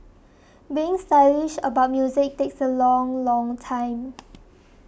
being stylish about music takes a long long time